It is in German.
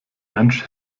mensch